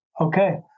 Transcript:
okay